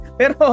pero